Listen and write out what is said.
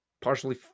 partially